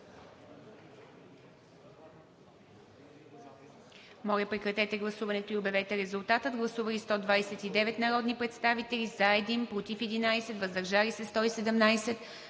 Моля, прекратете гласуването и обявете резултата. Гласували 194 народни представители: за 96, против 80, въздържали се 18.